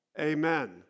amen